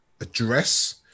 address